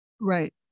Right